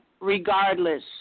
regardless